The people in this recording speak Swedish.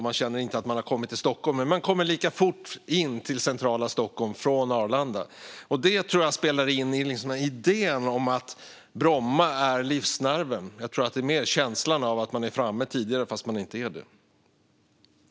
Man känner inte att man har kommit till Stockholm, men i själva verket kommer man in till centrala Stockholm från Arlanda lika fort. Det här tror jag spelar in i idén om att Bromma är livsnerven. Jag tror att det mer är fråga om känslan att man är framme tidigare fast man inte är det.